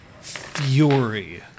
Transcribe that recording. fury